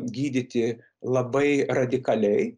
gydyti labai radikaliai